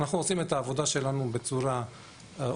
אנחנו עושים את העבודה שלנו בצורה אובייקטיבית.